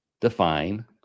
define